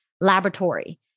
Laboratory